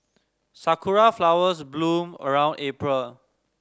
sakura flowers bloom around April